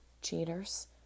cheaters